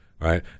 Right